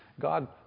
God